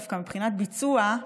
דווקא מבחינת ביצוע,